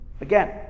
Again